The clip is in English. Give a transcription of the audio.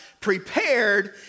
prepared